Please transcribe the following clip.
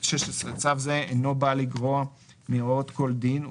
שמירת דינים 16. צו זה אינו בא לגרוע מהוראות כל דין,